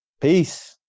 Peace